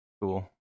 Cool